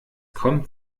kommt